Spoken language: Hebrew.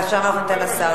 עכשיו אנחנו ניתן לשר